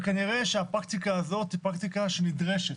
וכנראה שהפרקטיקה הזאת היא פרקטיקה שנדרשת,